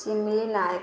Chimili Nayak